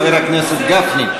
חבר הכנסת גפני.